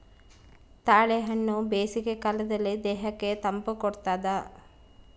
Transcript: ತಾಳೆಹಣ್ಣು ಬೇಸಿಗೆ ಕಾಲದಲ್ಲಿ ದೇಹಕ್ಕೆ ತಂಪು ಕೊಡ್ತಾದ